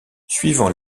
suivant